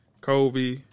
Kobe